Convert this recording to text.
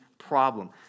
problem